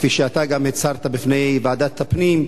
כפי שאתה גם הצהרת בפני ועדת הפנים,